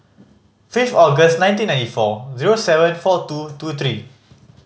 fifth August ninety ninety four zero seven four two two three